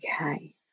Okay